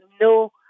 no